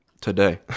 today